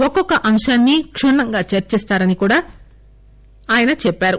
ఒక్కోక్క అంశాన్ని కుణ్ణంగా చర్చిస్తారని కూడా ఆయన చెప్పారు